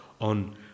on